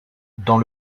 dans